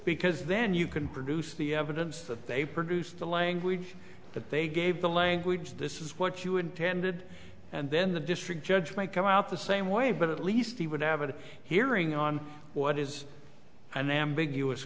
because then you can produce the evidence that they produced the language that they gave the language this is what you intended and then the district judge may come out the same way but at least he would have a hearing on what is an ambiguous